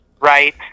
right